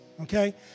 Okay